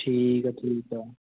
ਠੀਕ ਆ ਠੀਕ ਆ